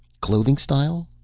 clothing style?